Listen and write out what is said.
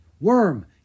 Worm